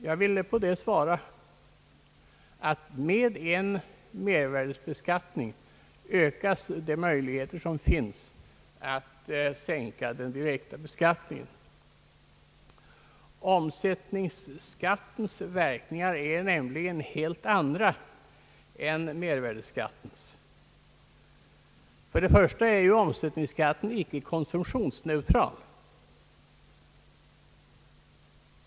Jag vill på det svara att en mervärdeskatt ökar möjligheterna att sänka den direkta beskattningen. Omsättningsskattens verkningar är nämligen helt andra än mervärdeskattens. Först och främst är omsättningsskatten icke konsumtionsneutral.